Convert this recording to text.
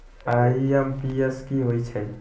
IMPS की होईछइ?